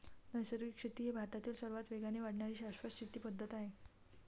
नैसर्गिक शेती ही भारतातील सर्वात वेगाने वाढणारी शाश्वत शेती पद्धत आहे